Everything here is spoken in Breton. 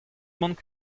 mont